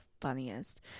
funniest